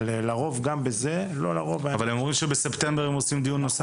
לרוב, גם בזה --- אבל בספטמבר מכנסים דיון נוסף.